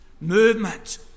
movement